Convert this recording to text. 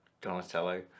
Donatello